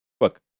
look